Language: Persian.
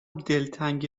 دلتنگ